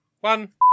one